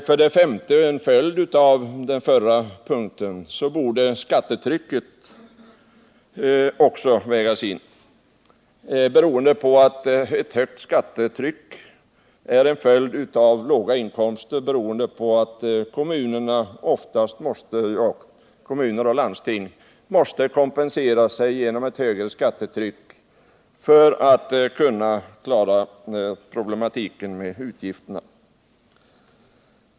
För det femte borde — det är en följd av vad jag nyss anförde som det fjärde kriteriet — skattetrycket också vägas in, beroende på att ett högt skattetryck är en följd av låga inkomster — kommuner och landsting måste kompensera sig genom ett högre skattetryck för att kunna klara problematiken med utgifterna.